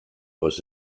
was